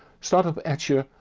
startup etcher,